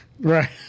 Right